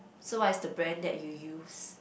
so what is the brand that you use